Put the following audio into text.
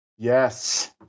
yes